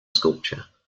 sculpture